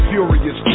Furious